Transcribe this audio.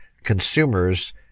Consumers